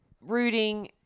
rooting